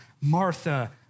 Martha